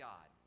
God